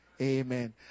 Amen